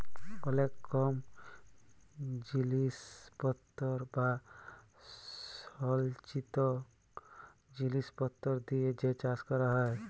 অলেক কম জিলিসপত্তর বা সলচিত জিলিসপত্তর দিয়ে যে চাষ ক্যরা হ্যয়